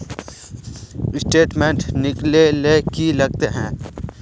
Statement निकले ले की लगते है?